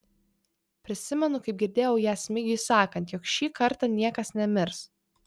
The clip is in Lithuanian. prisimenu kaip girdėjau ją smigiui sakant jog šį kartą niekas nemirs